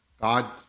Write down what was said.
God